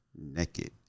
naked